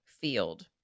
field